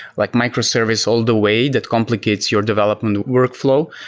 like microservice all the way that complicates your development workfl ow?